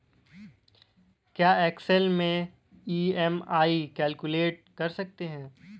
क्या एक्सेल में EMI calculate कर सकते हैं?